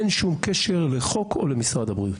אין שום קשר לחוק או למשרד הבריאות.